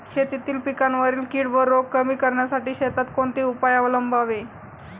शेतातील पिकांवरील कीड व रोग कमी करण्यासाठी शेतात कोणते उपाय अवलंबावे?